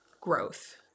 growth